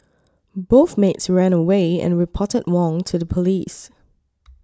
both maids ran away and reported Wong to the police